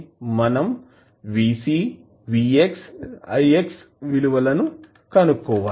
మనం Vc Vx ix విలువలను కనుక్కోవాలి